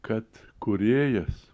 kad kūrėjas